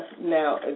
now